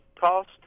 cost